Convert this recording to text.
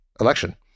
election